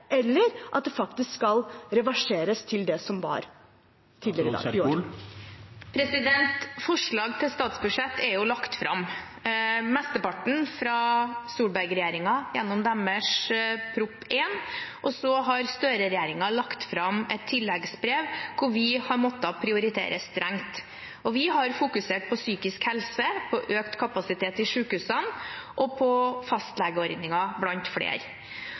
til statsbudsjett er jo lagt fram – mesteparten fra Solberg-regjeringen gjennom deres Prop. 1 S, og så har Støre-regjeringen lagt fram et tilleggsnummer hvor vi har måttet prioritere strengt. Vi har fokusert på psykisk helse, økt kapasitet i sykehusene og fastlegeordningen, blant flere